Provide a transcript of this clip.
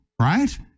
right